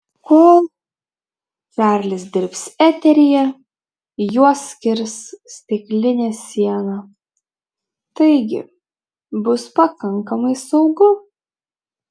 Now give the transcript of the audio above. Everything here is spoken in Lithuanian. kol čarlis dirbs eteryje juos skirs stiklinė siena taigi bus pakankamai saugu